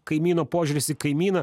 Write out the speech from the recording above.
kaimyno požiūris į kaimyną